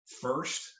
first